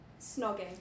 Snogging